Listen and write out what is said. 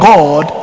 God